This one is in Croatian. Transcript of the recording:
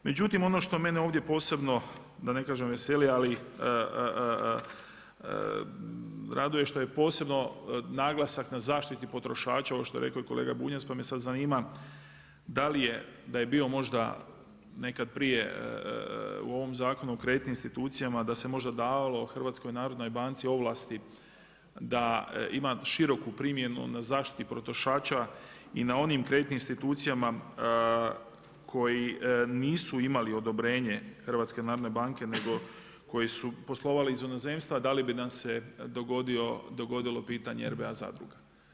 Međutim ono što mene ovdje posebno da ne kažem veseli, ali raduje što je posebno naglasak na zaštiti potrošača ovo što je rekao i kolega Bunjac, pa me sada zanima da li je da je bio možda nekad prije u ovom Zakonu o kreditnim institucijama da se možda davalo HNB-u ovlasti da ima široku primjenu na zaštiti potrošača i na onim kreditnim institucijama koji nisu imali odobrenje HNB-a nego koji su poslovali iz inozemstva, da li bi nam se dogodilo pitanje RBA zadruga.